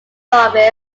office